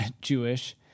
jewish